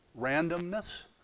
randomness